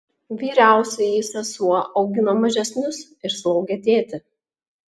vyriausioji sesuo augino mažesnius ir slaugė tėtį